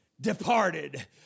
departed